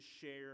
share